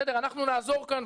אנחנו נעזור כאן,